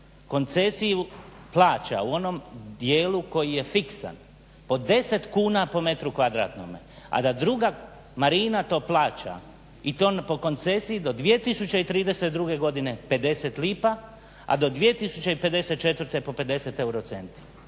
koncesiju plaća u onom dijelu koji je fiksan, od 10 kuna po metru kvadratnome, a da druga marina to plaća i to po koncesiji do 2032. godine 50 lipa, a do 2054. po 50 euro centi.